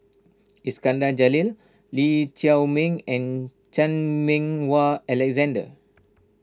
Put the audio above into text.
Iskandar Jalil Lee Chiaw Meng and Chan Meng Wah Alexander